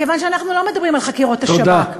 מכיוון שאנחנו לא מדברים על חקירות השב"כ,